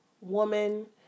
woman